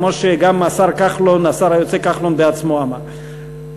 כמו שהשר היוצא כחלון אמר בעצמו.